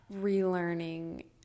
relearning